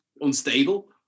unstable